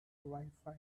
wifi